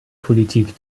politik